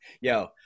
Yo